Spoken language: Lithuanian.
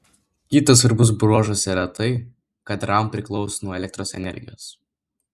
kitas svarbus bruožas yra tai kad ram priklauso nuo elektros energijos